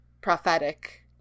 prophetic